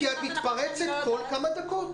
--- ככה, כי את מתפרצת כל כמה דקות.